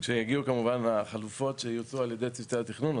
כשיגיעו כמובן החלופות שיוצעו על ידי צוותי התכנון,